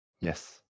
yes